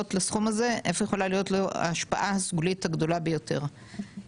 לסכום הזה את ההשפעה הסגולית הגדולה ביותר.